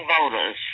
voters